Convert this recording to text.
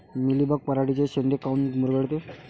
Mealybug पराटीचे चे शेंडे काऊन मुरगळते?